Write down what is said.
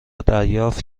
دریافت